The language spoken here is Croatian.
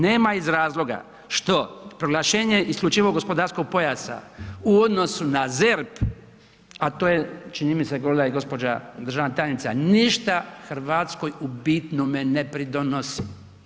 Nema iz razloga što proglašenje isključivog gospodarskog pojasa u odnosu na ZERP a to je, čini mi se govorila je i gospođa državna tajnica, ništa Hrvatskoj u bitnome ne pridonosi.